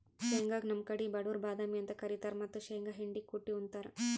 ಶೇಂಗಾಗ್ ನಮ್ ಕಡಿ ಬಡವ್ರ್ ಬಾದಾಮಿ ಅಂತ್ ಕರಿತಾರ್ ಮತ್ತ್ ಶೇಂಗಾ ಹಿಂಡಿ ಕುಟ್ಟ್ ಉಂತಾರ್